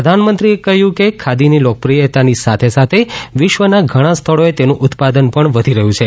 પ્રધાનમંત્રીએ કહ્યું કે ખાદીની લોકપ્રિયતાની સાથે સાથે વિશ્વના ઘણા સ્થળોએ તેનું ઉત્પાદન પણ વધી રહ્યું છે